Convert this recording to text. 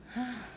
ha